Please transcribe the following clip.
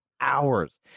hours